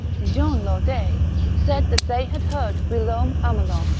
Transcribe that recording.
jeanne laudais, said that they had heard guillaume hamelin,